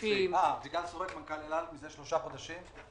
אביגל שוקש, מנכ"ל אל על מזה שלושה חודשים.